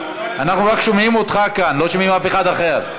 אנחנו שומעים רק אותך כאן, לא שומעים אף אחד אחר.